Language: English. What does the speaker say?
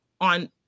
on